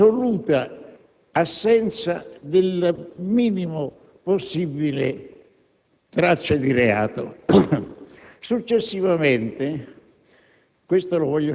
per l'assoluta assenza della minima possibile traccia di reato. Successivamente